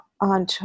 On